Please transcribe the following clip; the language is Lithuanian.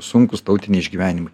sunkūs tautiniai išgyvenimai